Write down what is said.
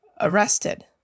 arrested